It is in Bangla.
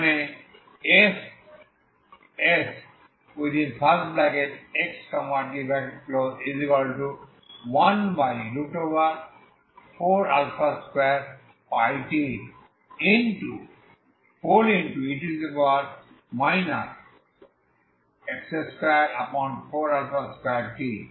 যেখানে Sxt14α2πte x242t